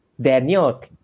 Daniel